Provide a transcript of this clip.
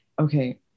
okay